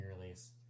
release